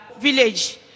village